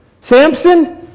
Samson